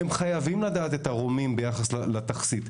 הם חייבים לדעת את הרומים ביחס לתכסית,